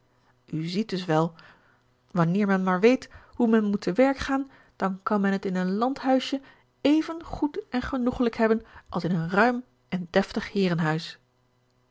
u ziet dus wel wanneer men maar weet hoe men moet te werk gaan dan kan men t in een landhuisje even goed en genoegelijk hebben als in een ruim en deftig